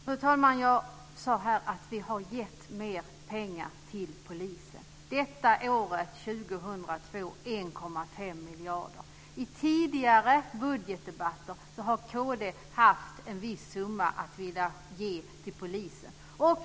Fru talman! Jag sade att vi har gett mer pengar till polisen. Det här året, 2002, är det 1,5 miljarder. I tidigare budgetdebatter har kd haft en viss summa som man vill ge till polisen.